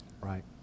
right